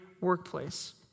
workplace